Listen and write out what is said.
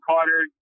Carter